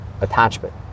attachment